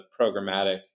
programmatic